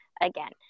again